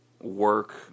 work